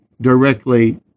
directly